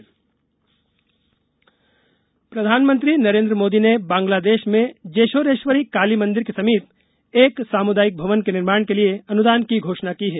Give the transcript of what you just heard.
PM दौरा प्रधानमंत्री नरेन्द्र मोदी ने बांग्लादेश में जेशोरेश्वरी काली मंदिर के समीप एक साम्दायिक भवन के निर्माण के लिए अनुदान की घोषण की है